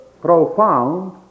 profound